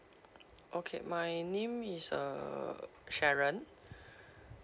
okay my name is uh sharon